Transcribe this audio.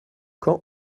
quand